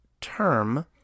term